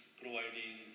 providing